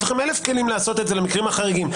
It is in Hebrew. יש לכם אלף כלים לעשות את זה למקרים החריגים.